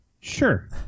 Sure